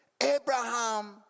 Abraham